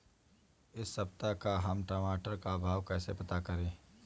इस सप्ताह का हम टमाटर का भाव कैसे पता करें?